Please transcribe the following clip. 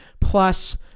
plus